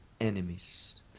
enemies